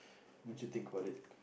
won't you think about it